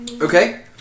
Okay